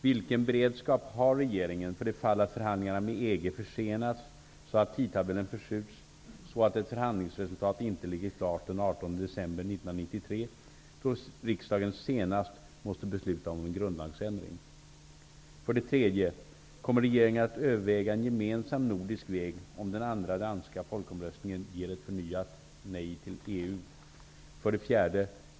Vilken beredskap har regeringen för det fall att förhandlingarna med EG försenas så att tidtabellen förskjuts så att ett förhandlingsresultat inte ligger klart den 18 december 1993, då riksdagen senast måste besluta om grundlagsändring? 3. Kommer regeringen att överväga en gemensam nordisk väg, om den andra danska folkomröstningen ger ett förnyat nej till EU? 4.